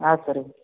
ಹಾಂ ಸರ್